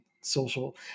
social